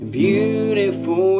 beautiful